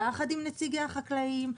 יחד עם נציגי החקלאים,